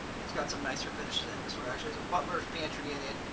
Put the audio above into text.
it's got some nicer finishes in it. this one actually has a butler's pantry in it,